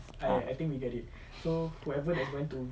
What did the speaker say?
ah